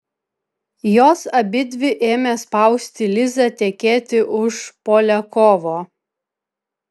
jos abidvi ėmė spausti lizą tekėti už poliakovo